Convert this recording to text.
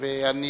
אני